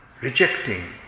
rejecting